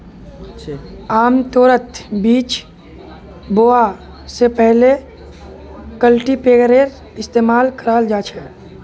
आमतौरत बीज बोवा स पहले कल्टीपैकरेर इस्तमाल कराल जा छेक